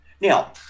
Now